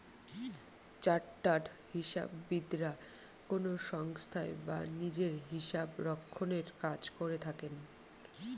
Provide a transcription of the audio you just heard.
chartered হিসাববিদরা কোনো সংস্থায় বা নিজে হিসাবরক্ষনের কাজ করে থাকেন